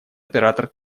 оператор